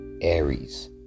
Aries